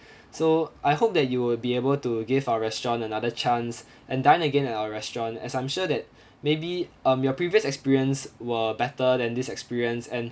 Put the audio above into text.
so I hope that you will be able to give our restaurant another chance and dine again at our restaurant as I'm sure that maybe um your previous experience were better than this experience and